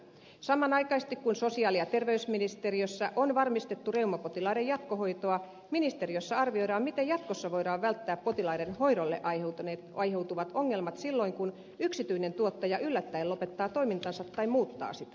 samanaikaisesti kun sosiaali ja terveysministeriössä on varmistettu reumapotilaiden jatkohoitoa ministeriössä arvioidaan miten jatkossa voidaan välttää potilaiden hoidolle aiheutuvat ongelmat silloin kun yksityinen tuottaja yllättäen lopettaa toimintansa tai muuttaa sitä